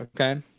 Okay